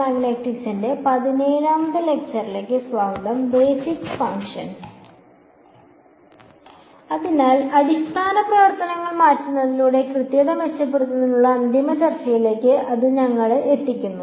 അതിനാൽ അടിസ്ഥാന പ്രവർത്തനങ്ങൾ മാറ്റുന്നതിലൂടെ കൃത്യത മെച്ചപ്പെടുത്തുന്നതിനുള്ള അന്തിമ ചർച്ചയിലേക്ക് അത് ഞങ്ങളെ എത്തിക്കുന്നു